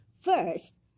First